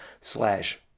slash